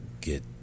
get